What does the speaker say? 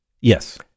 yes